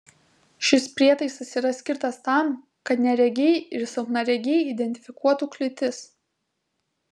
šis prietaisas yra skirtas tam kad neregiai ir silpnaregiai identifikuotų kliūtis